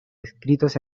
escritos